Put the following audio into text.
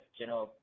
general